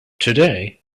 today